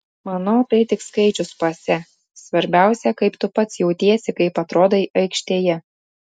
manau tai tik skaičius pase svarbiausia kaip tu pats jautiesi kaip atrodai aikštėje